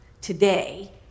today